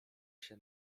się